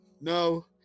No